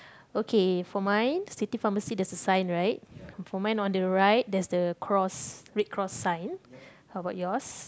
okay for mine city pharmacy there is a sign right and for mine on the right there is the cross red cross sign how about yours